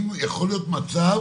אם יכול להיות מצב